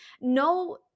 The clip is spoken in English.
No